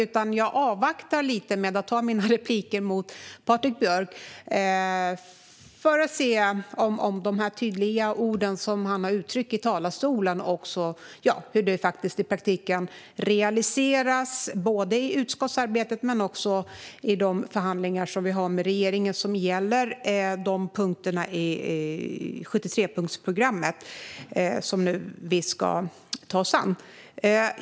Det avvaktar jag med för att se om de tydliga ord som han har uttryckt i talarstolen i praktiken realiseras i utskottsarbetet men också i de förhandlingar som vi har med regeringen och som gäller 73-punktsprogrammet som vi nu ska ta oss an.